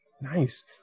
Nice